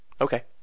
Okay